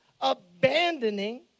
abandoning